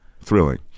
Thrilling